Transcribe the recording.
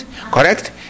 Correct